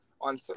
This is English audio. on